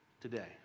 today